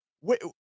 Wait